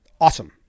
awesome